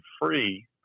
free